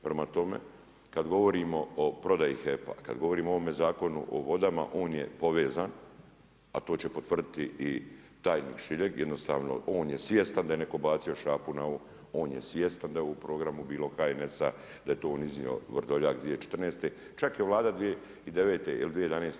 Prema tome, kada govorimo o prodaji HEP-a, kada govorimo o ovome zakonu o vodama on je povezan, a to će potvrditi i tajnik Šiljeg, jednostavno on je svjestan da je neko bacio šapu na ovo, on je svjestan da je u programu bilo HNS-a da je to iznio Vrdoljak 2014., čak je vlada 2009. ili 2011.